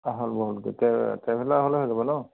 আহল বহলকৈ ট্ৰে ট্ৰেভেলাৰ হ'লে হৈ যাব ন